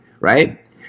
right